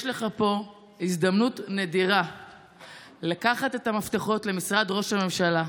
יש לך פה הזדמנות נדירה לקחת את המפתחות למשרד ראש הממשלה,